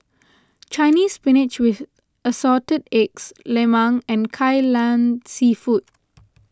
Chinese Spinach with Assorted Eggs Lemang and Kai Lan Seafood